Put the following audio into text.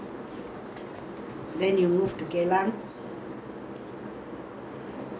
then err we struggle lah after that we were staying in the block eighteen story there